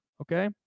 okay